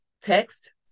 text